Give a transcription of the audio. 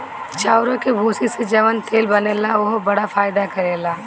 चाउरे के भूसी से जवन तेल बनेला उहो बड़ा फायदा करेला